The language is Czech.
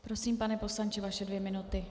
Prosím, pane poslanče, vaše dvě minuty.